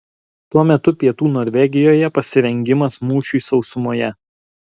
tuo metu pietų norvegijoje pasirengimas mūšiui sausumoje